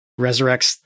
resurrects